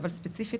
אבל ספציפית,